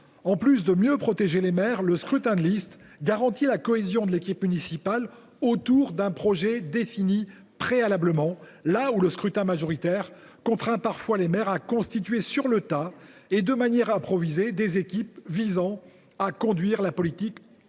En plus de mieux protéger les maires, le scrutin de liste garantit la cohésion de l’équipe municipale autour d’un projet politique défini préalablement, là où le scrutin majoritaire contraint parfois le maire à constituer sur le tas, et de manière improvisée, une équipe visant à conduire la politique au